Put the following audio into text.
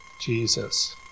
Jesus